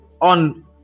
on